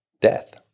Death